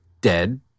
Dead